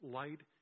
light